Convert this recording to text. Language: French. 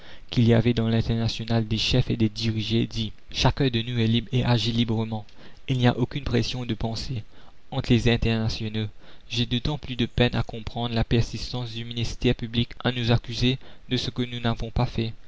qu'il y avait dans l'internationale des chefs et des dirigés dit chacun de nous est libre et agit librement il n'y a aucune pression de pensée entre les internationaux j'ai d'autant plus de peine à comprendre la persistance du ministère public à nous accuser de ce que nous n'avons pas fait